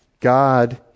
God